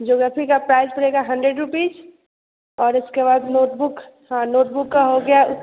geography का price पड़ेगा hundred rupees और इसके बाद नोटबुक्स हाँ नोटबुक का हो गया